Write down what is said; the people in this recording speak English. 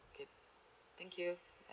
okay thank you